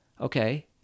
Okay